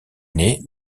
née